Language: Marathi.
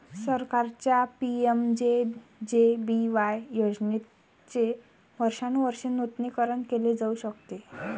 सरकारच्या पि.एम.जे.जे.बी.वाय योजनेचे वर्षानुवर्षे नूतनीकरण केले जाऊ शकते